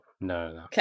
no